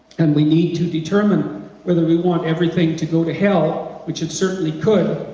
and we need to determine whether we want everything to go to hell, which it certainly could,